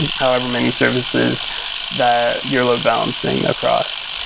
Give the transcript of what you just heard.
and however many services that you're load-balancing across.